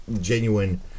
genuine